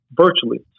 virtually